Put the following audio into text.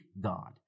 God